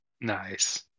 nice